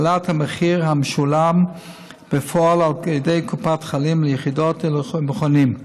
להעלאת המחיר המשולם בפועל על ידי קופות החולים ליחידות ולמכונים.